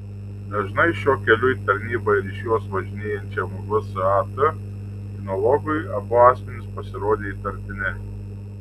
dažnai šiuo keliu į tarnybą ir iš jos važinėjančiam vsat kinologui abu asmenys pasirodė įtartini